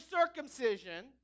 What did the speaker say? circumcision